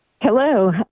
Hello